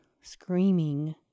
screaming